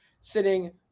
sitting